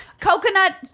Coconut